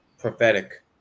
prophetic